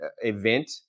event